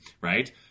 right